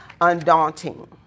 undaunting